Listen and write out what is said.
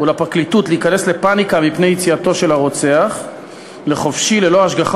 ולפרקליטות להיכנס לפניקה מפני יציאתו של הרוצח לחופשי ללא השגחה